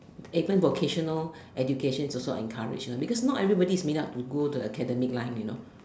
even vocational education is also encouraged you know because not everyone is made up to go the academic line you know